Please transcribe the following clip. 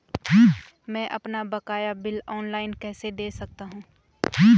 मैं अपना बकाया बिल ऑनलाइन कैसे दें सकता हूँ?